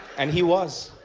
and he was